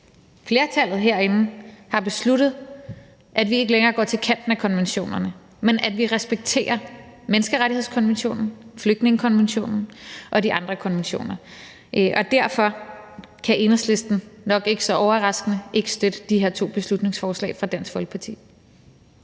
flertallet herinde har besluttet, at vi ikke længere går til kanten af konventionerne, men at vi respekterer menneskerettighedskonventionen, flygtningekonventionen og de andre konventioner. Og derfor kan Enhedslisten – nok ikke så overraskende – ikke støtte de her to beslutningsforslag fra Dansk Folkeparti.